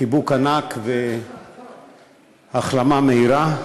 חיבוק ענק והחלמה מהירה.